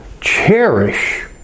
cherish